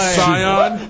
scion